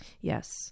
Yes